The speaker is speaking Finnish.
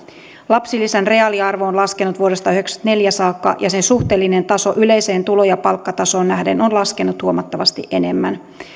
lapsilisän reaaliarvo on laskenut vuodesta yhdeksänkymmentäneljä saakka ja sen suhteellinen taso yleiseen tulo ja palkkatasoon nähden on laskenut huomattavasti enemmän